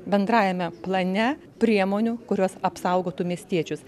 bendrajame plane priemonių kurios apsaugotų miestiečius